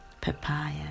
papaya